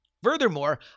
Furthermore